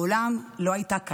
מעולם לא הייתה כאן,